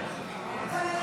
או